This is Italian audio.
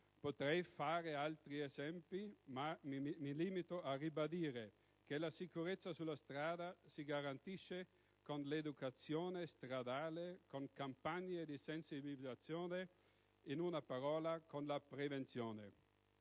Potrei fare altri esempi, ma mi limito a ribadire che la sicurezza sulla strada si garantisce con l'educazione stradale, con campagne di sensibilizzazione: in una parola, con la prevenzione.